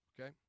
Okay